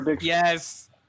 yes